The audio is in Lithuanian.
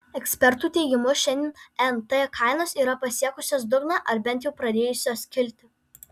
ekspertų teigimu šiandien nt kainos yra pasiekusios dugną ar bent jau pradėjusios kilti